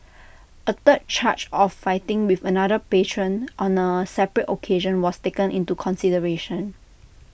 A third charge of fighting with another patron on A separate occasion was taken into consideration